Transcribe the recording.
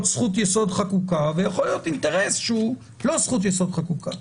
זכות יסוד חקוקה ויכול להיות אינטרס שהוא לא זכות יסוד חקוקה.